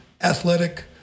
athletic